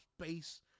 space